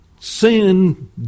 sin